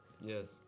yes